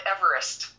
Everest